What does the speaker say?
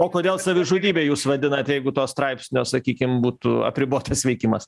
o kodėl savižudybe jūs vadinate jeigu to straipsnio sakykim būtų apribotas veikimas